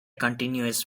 continuous